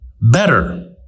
better